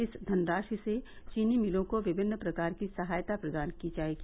इस धनराशि से चीनी मिलों को विभिन्न प्रकार की सहायता प्रदान की जायेगी